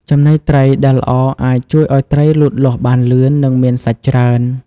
ចំណីត្រីដែលល្អអាចជួយឲ្យត្រីលូតលាស់បានលឿន និងមានសាច់ច្រើន។